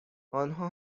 آنها